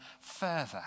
further